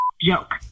joke